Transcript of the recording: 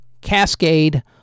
Cascade